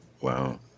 Wow